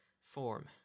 form